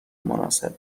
مناسب